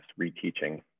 reteaching